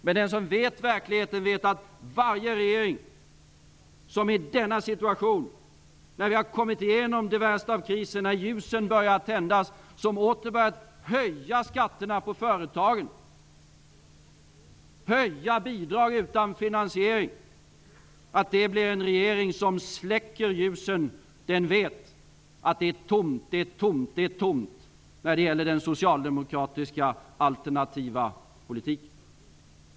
Men den som känner till verkligheten vet att varje regering som i denna situation, när vi har kommit igenom det värsta av krisen och när ljusen börjar tändas, åter börjar höja skatterna för företagen och höjer bidrag utan finansiering blir en regering som släcker ljusen. Den vet att det är tomt -- det är tomt, det är tomt -- när det gäller den socialdemokratiska alternativa politiken.